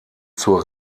zur